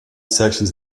sections